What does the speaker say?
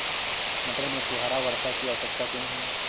मटर में फुहारा वर्षा की आवश्यकता क्यो है?